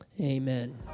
Amen